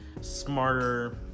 smarter